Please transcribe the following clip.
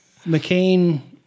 McCain